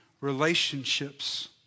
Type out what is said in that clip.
relationships